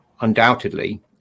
undoubtedly